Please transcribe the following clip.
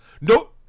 No